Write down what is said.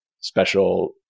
special